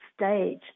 stage